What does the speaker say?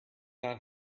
not